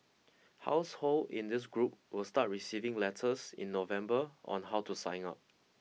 household in this group will start receiving letters in November on how to sign up